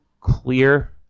clear